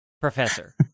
Professor